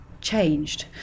changed